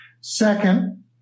Second